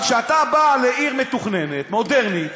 אבל כשאתה בא לעיר מתוכננת, מודרנית,